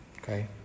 Okay